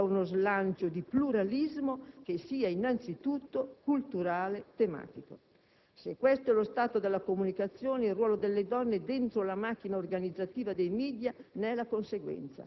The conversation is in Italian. Serve allora uno slancio di pluralismo che sia anzitutto culturale e tematico. Se questo è lo stato della comunicazione, il ruolo delle donne dentro la macchina organizzativa dei *media*